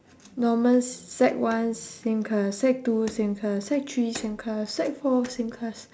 norman sec one same class sec two same class sec three same class sec four same class